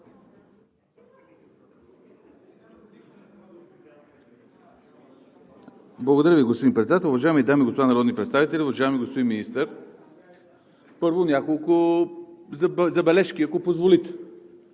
Благодаря Ви, господин Председател. Уважаеми дами и господа народни представители, уважаеми господин Министър! Първо, няколко забележки, ако позволите.